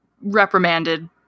reprimanded